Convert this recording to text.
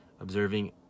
observing